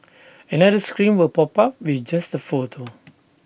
another screen will pop up with just the photo